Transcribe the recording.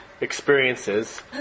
experiences